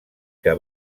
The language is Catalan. que